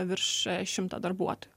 virš šimtą darbuotojų